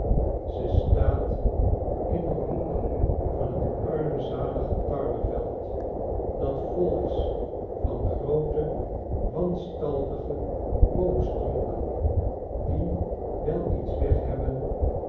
ze staat in den hoek van t armzalige tarweveld dat vol is van groote wanstaltige boomstronken die wel iets weghebben